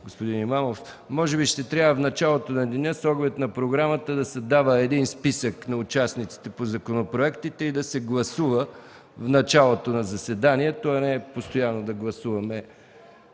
госпожа Францова. Може би ще трябва с оглед на програмата да се дава списък на участниците по законопроектите и да се гласува в началото на заседанието, а не постоянно да гласуваме